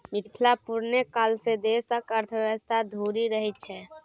मिथिला पुरने काल सँ देशक अर्थव्यवस्थाक धूरी रहल छै